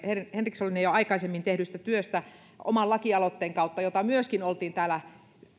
henrikssonille jo aikaisemmin tehdystä työstä oman lakialoitteensa kautta jota myöskin oltiin täällä